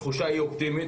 שהתחושה היא אופטימית.